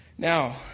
Now